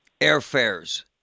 airfares